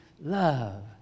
love